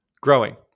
Growing